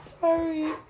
sorry